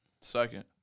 second